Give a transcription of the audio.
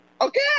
okay